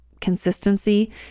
consistency